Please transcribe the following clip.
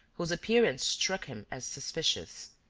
whose appearance struck him as suspicious.